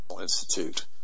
Institute